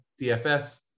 DFS